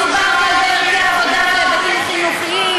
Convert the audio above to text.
מדובר כאן בערכי עבודה ובהיבטים חינוכיים,